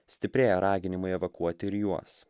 stiprėja raginimai evakuoti ir juos